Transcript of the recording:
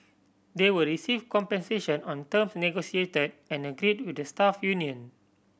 they will receive compensation on terms negotiated and agreed with the staff union